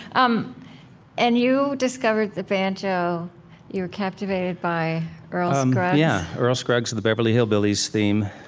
um and you discovered the banjo you were captivated by earl um scruggs yeah, earl scruggs of the beverly hillbillies theme,